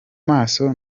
maso